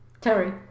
Terry